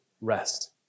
rest